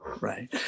right